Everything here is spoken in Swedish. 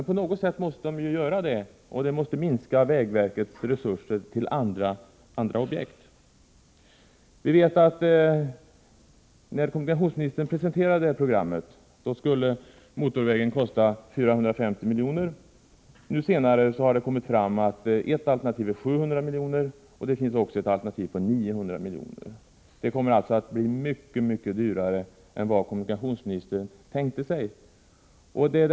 På något sätt måste de ju belasta budgeten och minska vägverkets resurser till andra objekt. När kommunikationsministern presenterade motorvägsprogrammet skulle motorvägen kosta 450 miljoner. Nu vet vi att det sedan dess har kommit fram att ett alternativ kostar 700 miljoner och ett annat alternativ 900 miljoner. Motorvägen kommer alltså att bli mycket, mycket dyrare än vad kommunikationsministern från början tänkte sig.